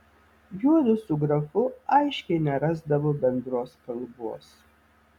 juodu su grafu aiškiai nerasdavo bendros kalbos